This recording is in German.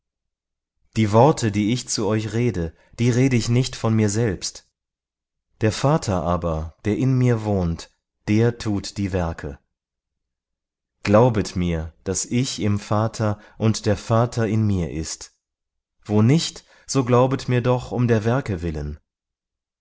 die worte die ich zu euch rede die rede ich nicht von mir selbst der vater aber der in mir wohnt der tut die werke glaubet mir daß ich im vater und der vater in mir ist wo nicht so glaubet mir doch um der werke willen